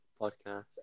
podcast